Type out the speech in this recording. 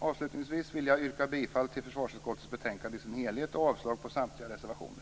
Avslutningsvis till jag yrka bifall till hemställan i försvarsutskottets betänkande i dess helhet och avslag på samtliga reservationer.